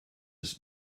his